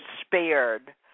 spared